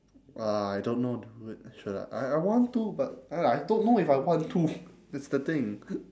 uh I don't know wh~ should I I want to but ya I don't know if I want to that's the thing